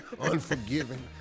unforgiving